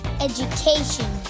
Education